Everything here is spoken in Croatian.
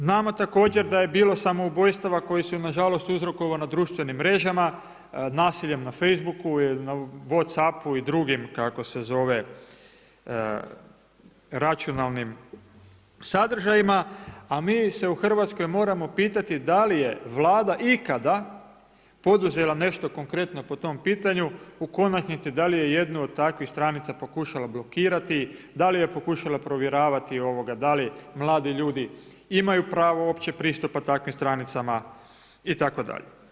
Znamo također da je bilo samoubojstava koji su nažalost uzrokovana društvenim mrežama, nasiljem na Facebooku, na Whatsappu i drugim računalnim sadržajima, a mi se u Hrvatskoj moramo pitati da li je Vlada ikada poduzela nešto konkretno po tom pitanju, u konačnici da li je jedno od takvih stranica pokušala blokirati, da li je pokušala provjeravati da li mladi ljudi imaju pravo uopće pristupa takvim stranicama itd.